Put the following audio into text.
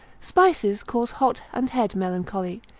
spices cause hot and head melancholy,